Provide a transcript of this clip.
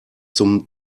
zum